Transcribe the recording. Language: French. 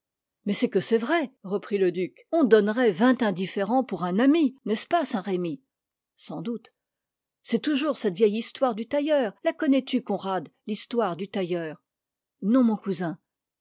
mais c'est que c'est vrai reprit le duc on donnerait vingt indifférents pour un ami n'est-ce pas saint-remy sans doute c'est toujours cette vieille histoire du tailleur la connais-tu conrad l'histoire du tailleur non mon cousin